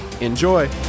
Enjoy